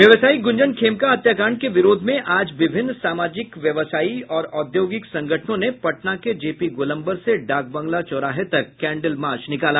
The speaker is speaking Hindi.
व्यवसायी ग्रंजन खेमका हत्याकांड के विरोध में आज विभिन्न सामाजिक व्यवसायी और औद्योगिक संगठनों ने पटना के जेपी गोलम्बर से डाकबंगला तक कैंडिल मार्च निकाला